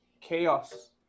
chaos